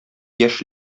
яшь